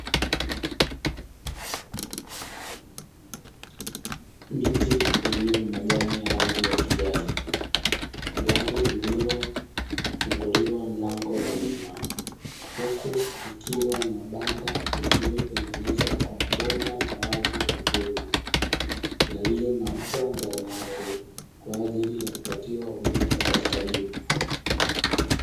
Miti iliyokuwa ni majani ya rangi ya kijani. Ndani lililofunguliwa mlango wa nyuma huku ikiwa ni mabanda yaliyotengenezwa kwa mabomba na wavu wa vyuma, iliyo na mba ndani yake kwa ajili ya kupatiwa huduma za kitabibu.